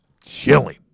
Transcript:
Chilling